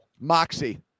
Moxie